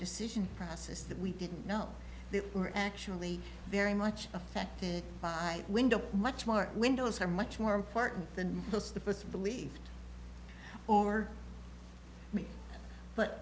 decision process that we didn't know they were actually very much affected by windows much more windows are much more important than the first believed or me but